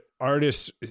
artists